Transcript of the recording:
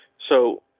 so.